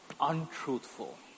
untruthful